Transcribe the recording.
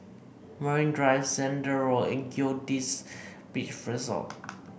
Marine Drive Zehnder Road and Goldkist Beach Resort